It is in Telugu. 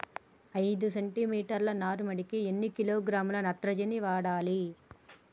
ఐదు సెంటి మీటర్ల నారుమడికి ఎన్ని కిలోగ్రాముల నత్రజని వాడాలి?